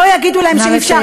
לא יגידו להם שאי-אפשר,